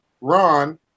Ron